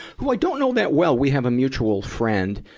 who i don't know that well. we have a mutual friend,